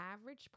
average